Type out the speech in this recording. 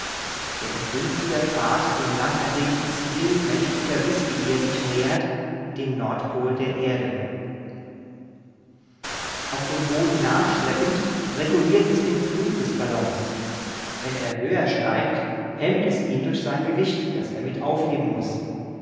der in günstiger fahrt dem langersehnten ziel menschlicher wißbegier sich nähert dem nordpol der erde auf dem boden nachschleppend reguliert es den flug des ballons wenn er höher steigt hemmt es ihn durch sein gewicht das er mit aufheben muß